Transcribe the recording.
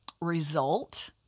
result